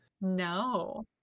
No